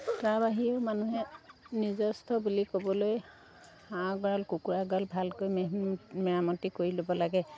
তাৰ বাহিৰেও মানুহে নিজস্ব বুলি ক'বলৈ হাঁহ গঁৰাল কুকুৰা গঁৰাল ভালকৈ মেহে মেৰামতি কৰি ল'ব লাগে